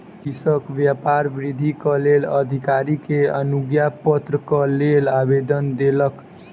कृषक व्यापार वृद्धिक लेल अधिकारी के अनुज्ञापत्रक लेल आवेदन देलक